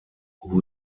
who